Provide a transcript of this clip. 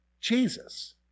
Jesus